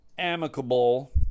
amicable